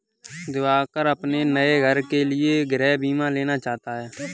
दिवाकर अपने नए घर के लिए गृह बीमा लेना चाहता है